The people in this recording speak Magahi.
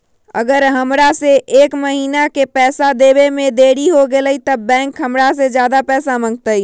अगर हमरा से एक महीना के पैसा देवे में देरी होगलइ तब बैंक हमरा से ज्यादा पैसा मंगतइ?